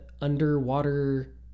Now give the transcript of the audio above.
underwater